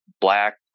black